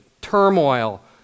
turmoil